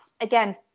again